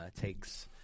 takes